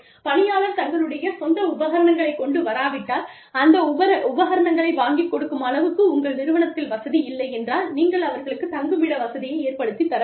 பணியாளர் தங்களுடைய சொந்த உபகரணங்களைக் கொண்டு வராவிட்டால் அந்த உபகரணங்களை வாங்கி கொடுக்கும் அளவுக்கு உங்கள் நிறுவனத்தில் வசதி இல்லை என்றால் நீங்கள் அவர்களுக்கு தங்குமிட வசதியை ஏற்படுத்தித் தர வேண்டும்